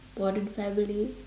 modern family